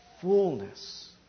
fullness